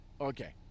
Okay